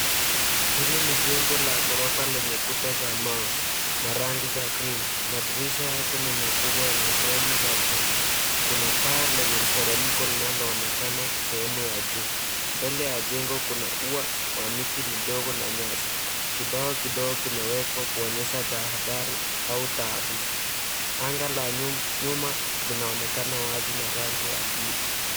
Hili ni jengo la ghorofa lenye kuta za mawe na rangi za krimu madirisha yake ni makubwa yenye fremu za chuma, kuna paa lenye mteremko linaloonekana sehemu ya juu, mbele ya jengo kuna ua wa miti midogo na nyasi, kibao kidogo kimewekwa kuonyesha tahadhari au taarifa. Anga la nyuma linaonekana wazi na rangi ya bluu.